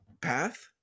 path